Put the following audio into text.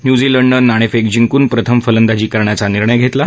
न्यूझीलंडने नाणेफेक जिंकून प्रथम फलंदाजी करण्याचा निर्णय घेतला आहे